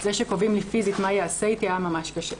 זה שקובעים לי פיזית מה ייעשה איתי היה ממש קשה".